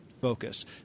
focus